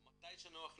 מתי שנוח לו,